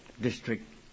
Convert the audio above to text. district